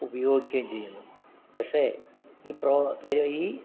ഉപയോഗിക്കുകയും ചെയ്യുന്നു പക്ഷേ ഈ പ്രോ പരുവ ഈ